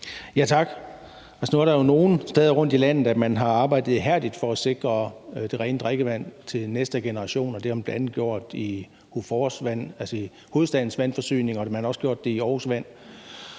Tak. Nu er der jo nogle steder rundt i landet, man har arbejdet ihærdigt for at sikre det rene drikkevand til næste generation, og det har man bl.a. gjort i HOFOR, altså hovedstadens vandforsyning, og man har også gjort det i Aarhus Vand,